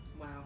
Wow